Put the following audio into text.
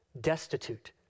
destitute